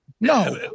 no